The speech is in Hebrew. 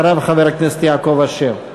אחריו, חבר הכנסת יעקב אשר.